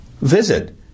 Visit